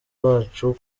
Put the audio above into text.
wacu